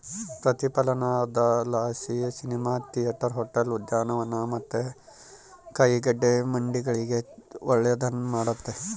ಪ್ರತಿಫಲನದಲಾಸಿ cinema theatre, hotel, ಉದ್ಯಾನವನ ಮತ್ತೆ ಕಾಯಿಗಡ್ಡೆ ಮಂಡಿಗಳಿಗೆ ಒಳ್ಳೆದ್ನ ಮಾಡೆತೆ